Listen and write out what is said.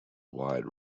wide